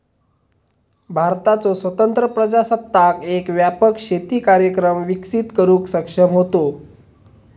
भारताचो स्वतंत्र प्रजासत्ताक एक व्यापक शेती कार्यक्रम विकसित करुक सक्षम होतो